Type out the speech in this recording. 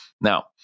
now